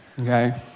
okay